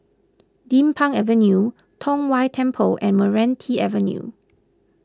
Din Pang Avenue Tong Whye Temple and Meranti Avenue